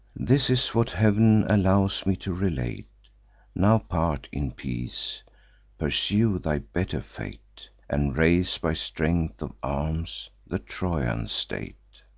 this is what heav'n allows me to relate now part in peace pursue thy better fate, and raise, by strength of arms, the trojan state